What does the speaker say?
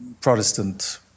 Protestant